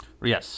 Yes